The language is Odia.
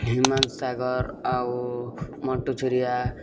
ହ୍ୟୁମାନ ସାଗର ଆଉ ମଣ୍ଟୁ ଝୁରିଆ